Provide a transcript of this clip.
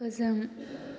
फोजों